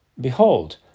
Behold